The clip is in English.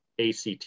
ACT